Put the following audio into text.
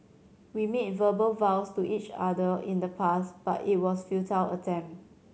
we made verbal vows to each other in the past but it was futile attempt